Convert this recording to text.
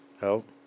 Help